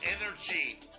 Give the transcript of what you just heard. energy